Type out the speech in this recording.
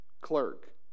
clerk